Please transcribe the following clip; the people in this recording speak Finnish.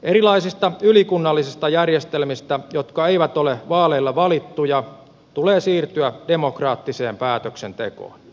erilaisista ylikunnallisista järjestelmistä jotka eivät ole vaaleilla valittuja tulee siirtyä demokraattiseen päätöksentekoon